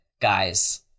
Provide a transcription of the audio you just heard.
guys